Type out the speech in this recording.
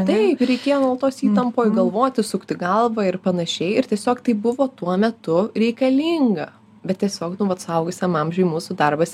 taip reikėjo nuolatos įtampoj galvoti sukti galvą ir panašiai ir tiesiog tai buvo tuo metu reikalinga bet tiesiog nu vat suaugusiam amžiuj mūsų darbas